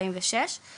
46%